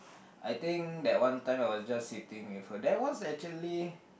I think that one time I was just sitting with her that was actually